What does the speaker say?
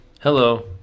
Hello